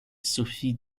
sophie